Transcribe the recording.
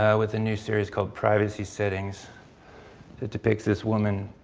ah with a new series called privacy settings that depicts this woman,